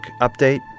update